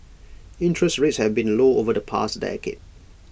interest rates have been low over the past decade